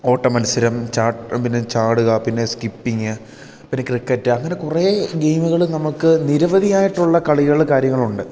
ഓട്ടമത്സരം ചാട്ടം പിന്നെ ചാടുക പിന്നെ സ്കിപ്പിങ് പിന്നെ ക്രിക്കറ്റ് അങ്ങനെ കുറേ ഗെയിമുകൾ നമുക്ക് നിരവധിയായിട്ടുള്ള കളികൾ കാര്യങ്ങളുണ്ട്